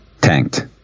Tanked